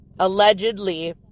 allegedly